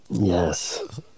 Yes